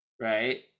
right